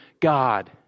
God